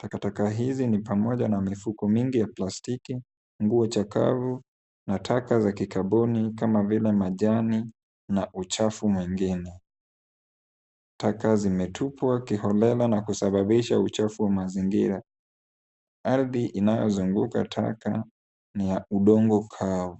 Takataka hizi ni pamoja na mifuko mingi ya plastiki, nguo chakavu na taka za kikampuni kama vile majani na uchafu mwingine. Taka zimetupwa kiholela na kusababisha uchafu wa mazingira. Ardhi inayozunguka taka ni ya udongo kavu.